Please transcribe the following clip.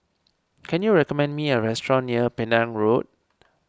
can you recommend me a restaurant near Penang Road